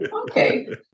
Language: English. okay